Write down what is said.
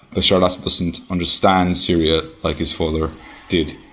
bashar al-assad doesn't understand syria like his father did.